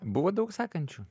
buvo daug sekančių